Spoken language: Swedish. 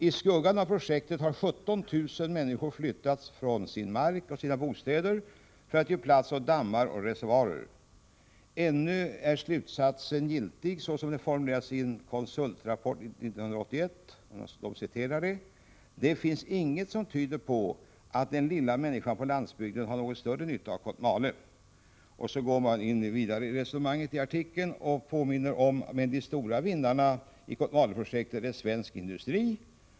I skuggan av projektet har 17 000 människor flyttats från sin mark och sina bostäder, för att ge plats åt dammar och reservoarer. Ännu är slutsatsen giltig, såsom den formulerades i en konsultrapport 1981: ”Det finns ingenting som tyder på att den lilla människan på landsbygden har någon större nytta av Kotmale.” ” Tartikeln går man sedan vidare i resonemangen och påminner om följande: ”Men en av de stora vinnarna i Kotmale-projektet är svensk industri.